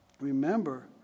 remember